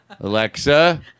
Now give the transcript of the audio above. Alexa